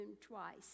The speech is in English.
twice